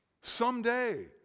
Someday